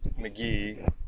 McGee